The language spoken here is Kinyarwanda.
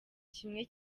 kimwe